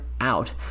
out